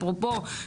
אפרופו,